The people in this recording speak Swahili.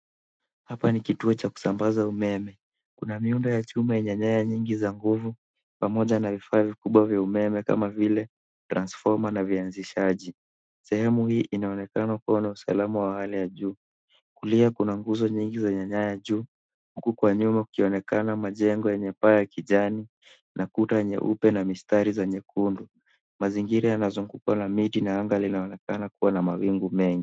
Hapa ni kituo cha kusambaza umeme. Kuna miundo ya chuma zanye nyanya nyingi amabazo na vifaa vikubwa vya umeme kama vile transfoma na vianzishaji. Sehemu hii inaonekana kuwa na usalama wa hali ya juu. Kulia kuna nguzo nyingi zenye nyaya juu huku kwa nyuma ikionekana mijengo yenye paa ya kijana na kuta nyeupe na mistari za nyekundu. Mazingira yanazungukwa na miji na anga linaonekana kuwa na mawingu mengi.